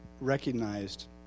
recognized